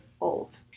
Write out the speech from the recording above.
old